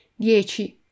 Dieci